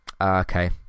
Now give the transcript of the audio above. okay